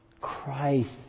Christ